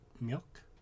Milk